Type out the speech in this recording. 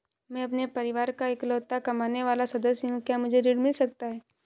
मैं अपने परिवार का इकलौता कमाने वाला सदस्य हूँ क्या मुझे ऋण मिल सकता है?